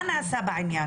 מה נעשה בעניין?